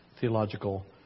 theological